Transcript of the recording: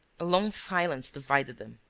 a long silence divided them.